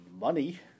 money